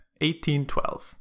1812